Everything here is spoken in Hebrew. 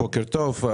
בוקר טוב.